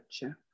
Gotcha